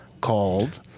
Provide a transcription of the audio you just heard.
Called